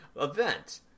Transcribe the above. event